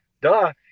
Duh